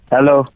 Hello